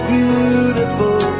beautiful